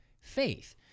faith